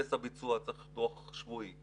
מהנדס הביצוע צריך דוח שבועי,